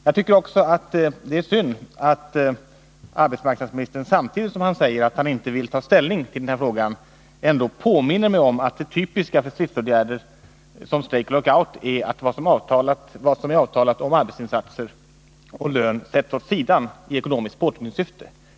Jag tycker också att det är synd att arbetsmarknadsministern, samtidigt som han säger att han inte vill ta ställning till frågan, ändock påminner mig om att ”det typiska för stridsåtgärder som strejk och lockout är att vad som är avtalat om arbetsinsatser och lön sätts åt sidan i ekonomiskt påtryckningssyfte”.